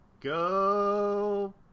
Go